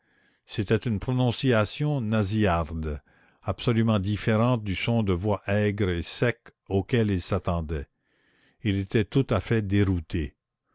c'était une prononciation nasillarde absolument différente du son de voix aigre et sec auquel il s'attendait il était tout à fait dérouté